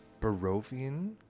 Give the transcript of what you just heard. Barovian